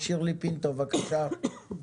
שירלי פינטו, בבקשה.